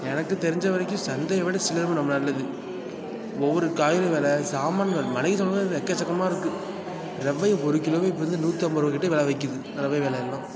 எனக்கு தெரிந்த வரைக்கும் சந்தைய விட சில்லறை வியாபாரம் ரொம்ப நல்லது ஒவ்வொரு காய்கறி வில சாமான்கள் மளிகை சாமான்கள் தான் எக்கச்சக்கமாக இருக்குது ரவை ஒரு கிலோவே இப்போ வந்து நூற்று ஐம்பதுரூவாகிட்ட வில விற்கிது ரவை விலலாம்